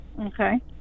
Okay